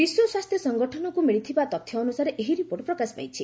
ବିଶ୍ୱ ସ୍ୱାସ୍ଥ୍ୟ ସଙ୍ଗଠନକୁ ମିଳିଥିବା ତଥ୍ୟ ଅନୁସାରେ ଏହି ରିପୋର୍ଟ ପ୍ରକାଶ ପାଇଛି